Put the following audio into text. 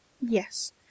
Yes